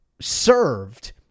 served